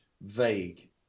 vague